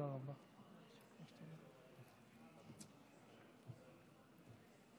ארבע דקות לרשותך, ובהצלחה בנאום, נאום